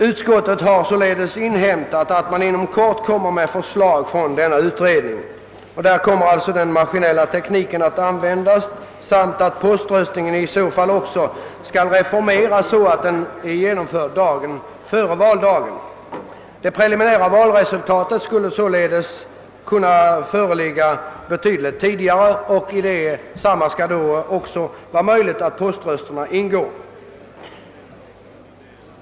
Utskottet har nu inhämtat att ett förslag inom kort kommer att framläggas av utredningen innebärande dels att maskinell teknik skall tillämpas, dels att poströstningen skall reformeras så att den avslutas dagen före valdagen. Det preliminära valresultatet skall då också kunna erhållas betydligt tidigare även vad beträffar poströsterna.